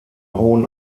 hohen